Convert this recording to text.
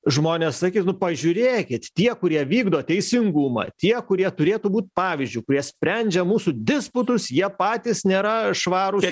žmonės sakys nu pažiūrėkit tie kurie vykdo teisingumą tie kurie turėtų būt pavyzdžiu kurie sprendžia mūsų disputus jie patys nėra švarūs